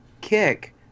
kick